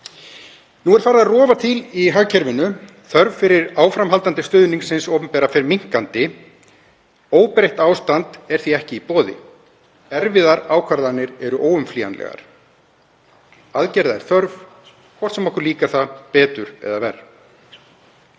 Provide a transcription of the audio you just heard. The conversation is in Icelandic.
Nú er farið að rofa til í hagkerfinu. Þörf fyrir áframhaldandi stuðning hins opinbera fer minnkandi. Óbreytt ástand er því ekki í boði. Erfiðar ákvarðanir eru óumflýjanlegar. Aðgerða er þörf, hvort sem okkur líkar það betur eða verr.